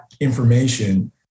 information